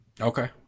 Okay